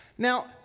Now